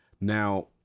Now